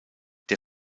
der